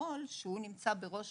כביכול שהוא נמצא בראש